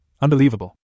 Unbelievable